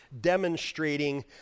demonstrating